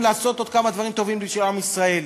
לעשות עוד כמה דברים טובים בשביל עם ישראל.